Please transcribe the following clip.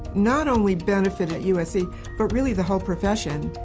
not only benefitted usc but really the whole profession,